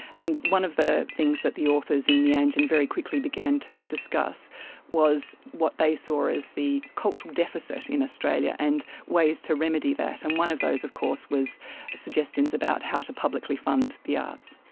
and one of the things that the authors in meanjin very quickly began to discuss was what they saw as the cultural deficit in australia and ways to remedy that. and one of those of course was suggestions about how to publicly fund the arts.